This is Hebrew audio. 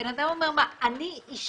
בן אדם אומר, מה, אני אישה.